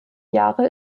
jahre